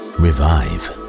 revive